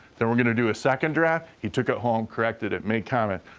then we're gonna do a second draft. he took it home, corrected it, made comment.